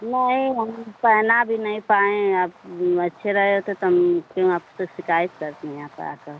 नहीं हम पहना भी नहीं पाएँ आप अच्छे रहे होते तो हम क्यों आपसे शिकायत करते यहाँ पे आकर